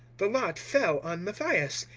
the lot fell on matthias,